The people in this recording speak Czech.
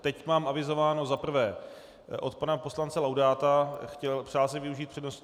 Teď mám avizováno za prvé od pana poslance Laudáta, přál si využít přednost...